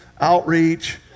outreach